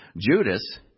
Judas